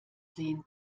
sehen